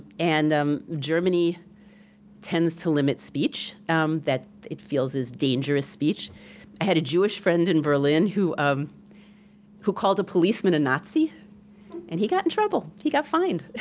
and um germany tends to limit speech um that it feels is dangerous speech. i had a jewish friend in berlin who um who called a policeman a and nazi and he got in trouble, he got fined.